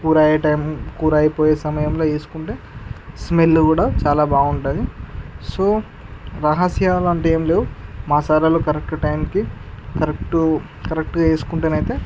కూర అయ్యే టైమ్ కూర అయిపోయే సమయంలో వేసుకుంటే స్మెల్ కూడా చాల బాగుంటుంది సో రహస్యాలు లాంటివి ఏమి లేవు మసాలాలు కరెక్ట్గా టైంకి కరెక్టు కరెక్టుగా వేసుకుంటే అయితే